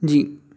जी